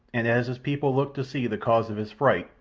and as his people looked to see the cause of his fright,